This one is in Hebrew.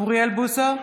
אוריאל בוסו,